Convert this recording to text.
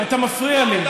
אתה מפריע לי.